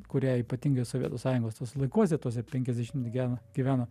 kurie ypatingai sovietų sąjungos tuo laikuose penkiasdešimtį gyveno gyveno